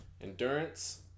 Endurance